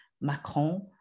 Macron